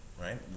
right